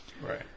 Right